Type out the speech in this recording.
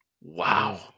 Wow